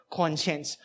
conscience